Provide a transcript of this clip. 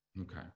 Okay